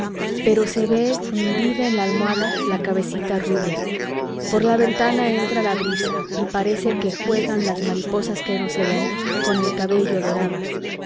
pero se ve hundida en la almohada la cabecita rubia por la ventana entra la brisa y parece que juegan las mariposas que no se ven con el cabello dorado